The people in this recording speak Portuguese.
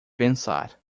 pensar